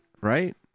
right